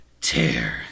Tear